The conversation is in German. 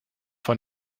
vor